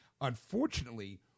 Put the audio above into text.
unfortunately